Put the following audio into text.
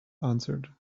answered